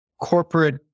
corporate